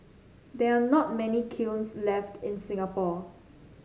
there are not many kilns left in Singapore